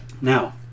Now